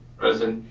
present.